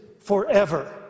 forever